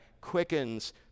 quickens